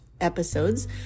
episodes